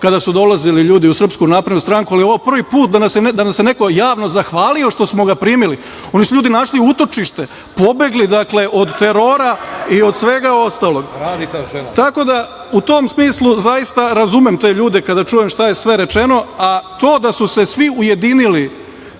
kada su dolazili ljudi u SNS, ali ovo je prvi put da nam se neko javno zahvalio što smo ga primili. Oni su ljudi našli utočište, pobegli od terora i od svega ostalog. Tako da u tom smislu zaista razumem te ljude, kada čujem šta je sve rečeno.A to da su se svi ujedinili